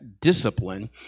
discipline